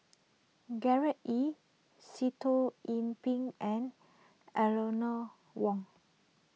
Gerard Ee Sitoh Yih Pin and Eleanor Wong